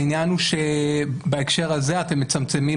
העניין הוא שבהקשר הזה אתם מצמצמים,